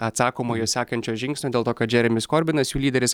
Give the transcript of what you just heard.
atsakomojo sekančio žingsnio dėl to kad džeremis korbinas jų lyderis